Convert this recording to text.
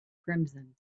crimson